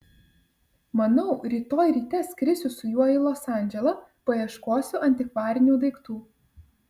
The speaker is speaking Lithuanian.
manau rytoj ryte skrisiu su juo į los andželą paieškosiu antikvarinių daiktų